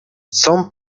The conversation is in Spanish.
son